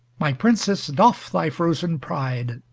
my princess, doff thy frozen pride,